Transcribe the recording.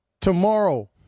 tomorrow